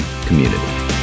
community